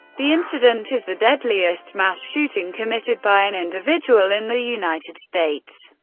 the incident is the deadliest mass shooting committed by an individual in the united states.